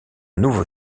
nouveau